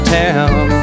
town